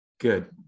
Good